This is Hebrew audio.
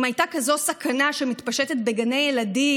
אם הייתה סכנה כזאת מתפשטת בגני ילדים